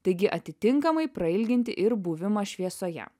taigi atitinkamai prailginti ir buvimą šviesoje